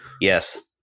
Yes